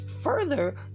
further